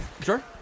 Sure